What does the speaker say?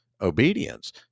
obedience